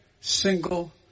single